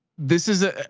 this is, ah